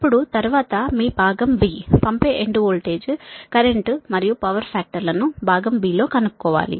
ఇప్పుడు తరువాత మీ భాగం బి పంపే ఎండ్ వోల్టేజ్ కరెంటు మరియు పవర్ ఫాక్టర్ లను భాగం బి లో కనుక్కో వాలి